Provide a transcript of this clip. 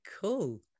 cool